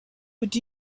but